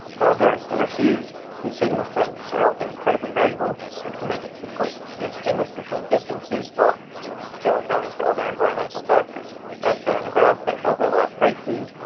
however, the receiving signal strengths are often incredibly variable, which can make it difficult to distinguish between distances while still accounting for other environmental factors. as shown in the graph, they overlap greatly,